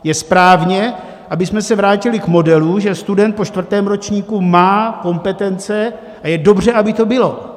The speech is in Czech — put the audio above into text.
Je správně, abychom se vrátili k modelu, že student po čtvrtém ročníku má kompetence, a je dobře, aby to bylo.